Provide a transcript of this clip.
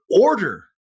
order